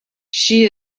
she